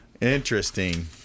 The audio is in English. Interesting